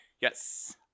Yes